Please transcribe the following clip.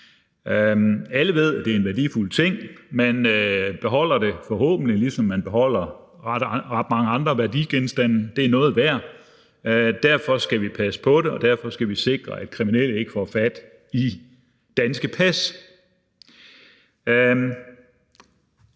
Alle ved, at det er en værdifuld ting. Man passer forhåbentlig på det, ligesom man passer på så mange andre værdigenstande. Det er noget værd. Derfor skal man passe på det, og derfor skal vi sikre, at kriminelle ikke får fat i danske pas.